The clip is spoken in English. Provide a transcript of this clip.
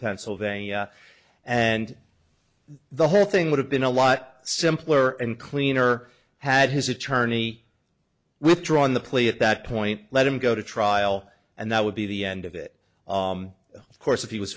pennsylvania and the whole thing would have been a lot simpler and cleaner had his attorney withdrawn the plea at that point let him go to trial and that would be the end of it of course if he was